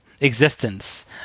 existence